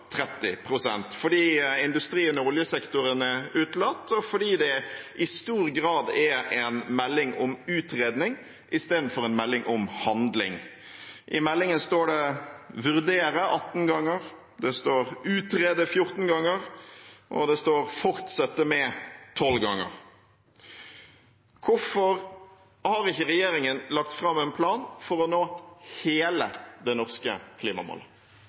fordi industrien og oljesektoren er utelatt, og fordi det i stor grad er en melding om utredning istedenfor en melding om handling. I meldingen står det «vurdere» 18 ganger, det står «utrede» 14 ganger, og det står «fortsette med» 12 ganger. Hvorfor har ikke regjeringen lagt fram en plan for å nå hele det norske klimamålet?